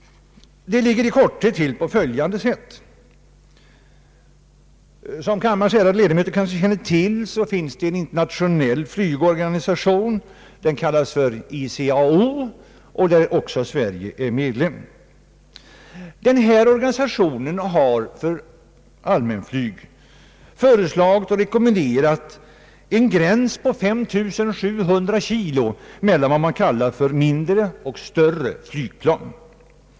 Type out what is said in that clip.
Det ligger i korthet till på följande sätt: Som kammarens ärade ledamöter kanske känner till finns det en internationell flygorganisation, ICAO, i vilken också Sverige är medlem. Denna organisation har för allmänflyg föreslagit och rekommenderat en gräns på 5 700 kg mellan vad man kallar mindre och större flygplan.